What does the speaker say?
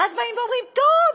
ואז אומרים: טוב,